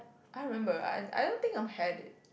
I remember I I don't think I'm had it